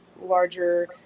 larger